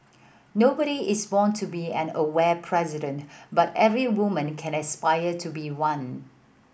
nobody is born to be an aware president but every woman can aspire to be one